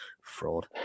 Fraud